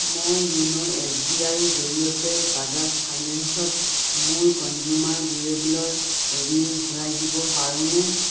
মই ইউন' S B আইৰ জৰিয়তে বাজাজ ফাইনেন্সত মোৰ কঞ্জোমাৰ ডিউৰেবোলৰ ঋণ ঘূৰাই দিব পাৰোঁনে